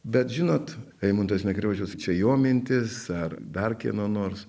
bet žinot eimuntas nekriošius čia jo mintis ar dar kieno nors